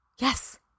Yes